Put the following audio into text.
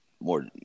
more